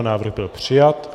Návrh byl přijat.